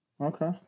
Okay